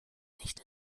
nicht